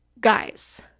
guys